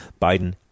Biden